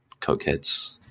cokeheads